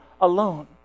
alone